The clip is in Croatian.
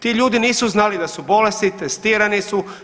Ti ljudi nisu znali da su bolesni, testirani su.